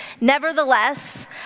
Nevertheless